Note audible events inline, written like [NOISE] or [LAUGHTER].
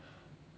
[NOISE]